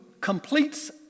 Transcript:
completes